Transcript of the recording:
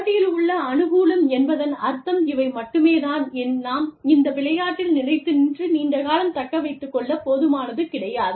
போட்டியில் உள்ள அனுகூலம் என்பதன் அர்த்தம் இவை மட்டுமே தான் நாம் இந்த விளையாட்டில் நிலைத்து நின்று நீண்ட காலம் தக்க வைத்துக் கொள்ள போதுமானது கிடையாது